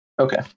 Okay